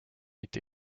été